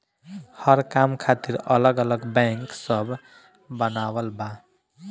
हर काम खातिर अलग अलग बैंक सब बनावल बा